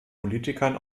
politikern